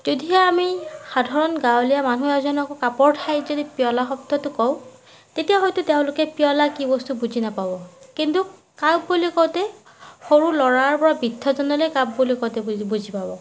যদিহে আমি সাধাৰণ গাঁৱলীয়া মানুহ এজনকো কাপৰ ঠাইত যদি পিয়লা শব্দটো কওঁ তেতিয়া হয়তো তেওঁলোকে পিয়লা কি বস্তু বুজি নাপাব কিন্তু কাপ বুলি কওঁতে সৰু ল'ৰাৰপৰা বৃদ্ধজনলৈ কাপ বুলি কওঁতে বুজি বুজি পাব